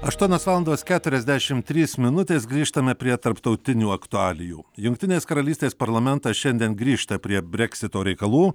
aštuonios valandos keturiasdešim trys minutės grįžtame prie tarptautinių aktualijų jungtinės karalystės parlamentas šiandien grįžta prie breksito reikalų